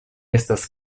estas